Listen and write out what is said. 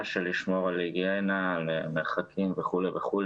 לגבי שמירה על היגיינה ועל מרחקים וכו'ו וכו',